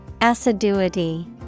Assiduity